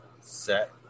set